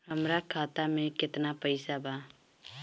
हमरा खाता में केतना पइसा बा?